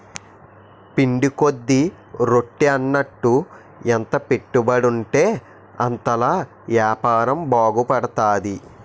పిండి కొద్ది రొట్టి అన్నట్టు ఎంత పెట్టుబడుంటే అంతలా యాపారం బాగుపడతది